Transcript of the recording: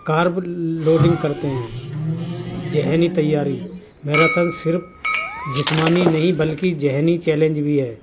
carb loading کرتے ہیں ذہنی تیاری میراتھن صرف جسمانی نہیں بلکہ ذہنی چیلنج بھی ہے